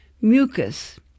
Mucus